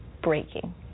breaking